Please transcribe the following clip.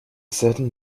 certain